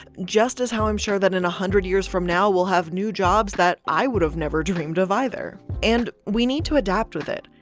just as how i'm sure that, in one hundred years from now we'll have new jobs that i would have never dreamed of either, and we need to adapt with it.